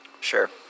sure